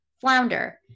flounder